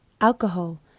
alcohol